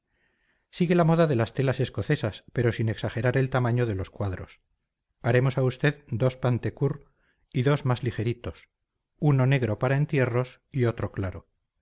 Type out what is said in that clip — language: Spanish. sigue la moda de las telas escocesas pero sin exagerar el tamaño de los cuadros haremos a usted dos patencur y dos más ligeritos uno negro para entierros y otro claro